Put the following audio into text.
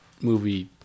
movie